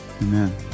Amen